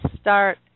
start